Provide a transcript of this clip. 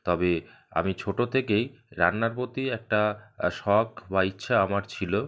তবে আমি ছোটো থেকেই রান্নার প্রতি একটা শখ বা ইচ্ছে আমার ছিলো